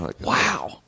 wow